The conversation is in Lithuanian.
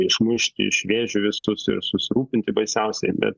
išmušti iš vėžių visus ir susirūpinti baisiausiai bet